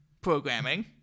programming